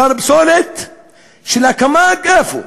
אתר פסולת של הקמ"ג, איפה?